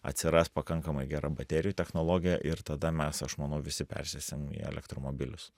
atsiras pakankamai gera baterijų technologija ir tada mes aš manau visi persėsim į elektromobilius